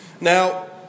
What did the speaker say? Now